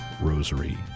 rosary